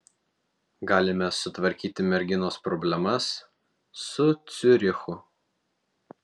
galime sutvarkyti merginos problemas su ciurichu